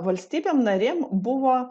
valstybėm narėm buvo